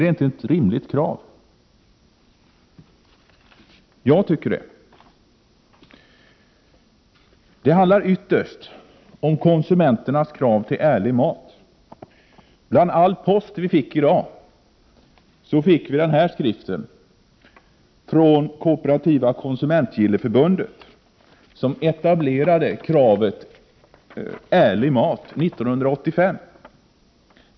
Är inte det ett rimligt krav? Det tycker i varje fall jag. Ytterst handlar det om konsumenternas krav på ”ärlig mat”. Bland all post som vi fick i dag återfanns en skrift från Kooperativa konsumentgillesförbundet, som kom med kravet på ”ärlig mat” 1985.